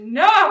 no